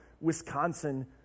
Wisconsin